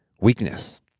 weakness